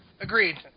Agreed